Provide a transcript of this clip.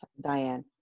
Diane